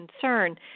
concern